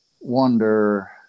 wonder